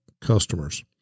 customers